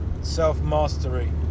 self-mastery